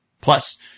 Plus